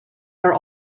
are